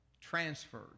transferred